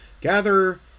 Gather